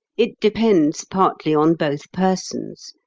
it depends partly on both persons.